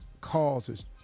causes